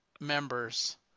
members